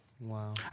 Wow